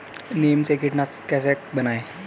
नीम से कीटनाशक कैसे बनाएं?